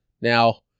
Now